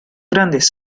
grandes